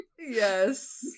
Yes